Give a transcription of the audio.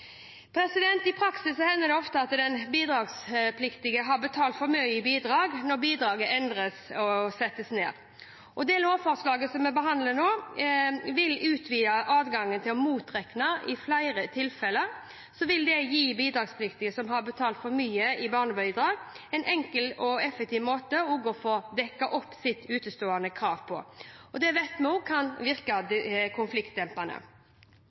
I praksis hender det ofte at den bidragspliktige har betalt for mye i bidrag når bidraget endres og settes ned. Det lovforslaget som vi behandler nå, om å utvide adgangen til å motregne, vil i flere tilfeller gi bidragspliktige som har betalt for mye i barnebidrag, en enkel og effektiv måte å få dekket opp sitt utestående krav på. Det vet vi også kan virke konfliktdempende.